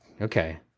Okay